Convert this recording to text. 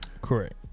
Correct